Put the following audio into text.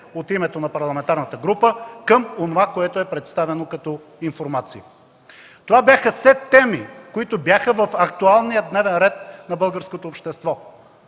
от името на парламентарната група към онова, което е представено като информация. Това бяха все теми, които бяха в актуалния дневен ред на българското общество.